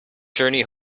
journey